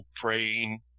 praying